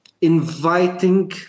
inviting